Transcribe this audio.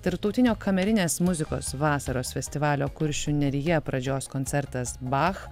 tarptautinio kamerinės muzikos vasaros festivalio kuršių nerija pradžios koncertas bach